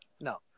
No